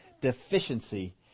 deficiency